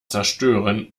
zerstören